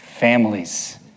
Families